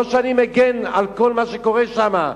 לא שאני מגן על כל מה שקורה שם,